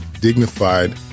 dignified